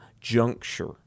juncture